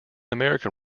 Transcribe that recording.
american